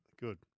Good